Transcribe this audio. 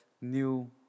new